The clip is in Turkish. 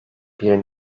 bir